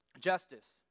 Justice